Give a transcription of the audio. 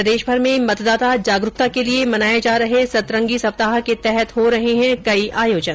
प्रदेशभर में मतदाता जागरूकता के लिए मनाए जा रहे सतरंगी सप्ताह के तहत हो रहे है अनेक आयोजन